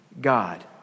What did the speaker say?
God